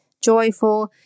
joyful